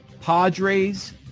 Padres